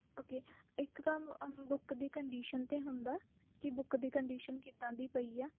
okay ਇੱਕ ਤਾਂ book ਦੀ ਕੰਡੀਸ਼ਨ 'ਤੇ ਹੁੰਦਾ ਕਿ ਬੁੱਕ ਦੀ ਕੰਡੀਸ਼ਨ ਕਿਦਾਂ ਦੀ ਪਈ ਆ